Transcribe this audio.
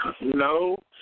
no